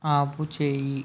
ఆపుచేయి